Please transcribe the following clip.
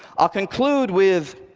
i'll conclude with